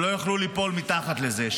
שלא יוכלו ליפול מתחת לזה,